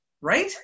right